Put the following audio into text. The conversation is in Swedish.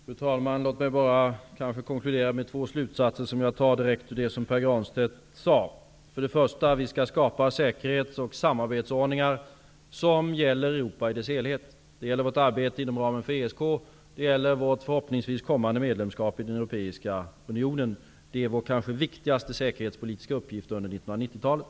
Fru talman! Låt mig konkludera med två slutsatser i direkt anslutning till det som Pär Granstedt sade. För det första skall vi skapa säkerhets och samarbetsordningar som gäller Europa i dess helhet. Det gäller vårt arbete inom ramen för ESK och det gäller vårt förhoppningsvis kommande medlemskap i den europeiska unionen -- det är kanske vår viktigaste säkerhetspolitiska uppgift under 1990-talet.